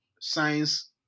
Science